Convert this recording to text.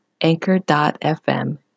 anchor.fm